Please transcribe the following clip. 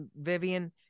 Vivian